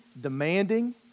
demanding